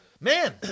man